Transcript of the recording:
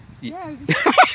Yes